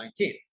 2019